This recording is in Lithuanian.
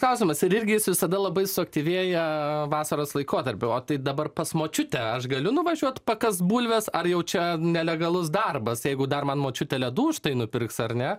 klausimas ir irgi jis visada labai suaktyvėja vasaros laikotarpiu o tai dabar pas močiutę aš galiu nuvažiuot pakas bulves ar jau čia nelegalus darbas jeigu dar man močiutė ledų už tai nupirks ar ne